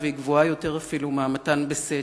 והיא גבוהה יותר אפילו מהמתן בסתר,